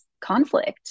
conflict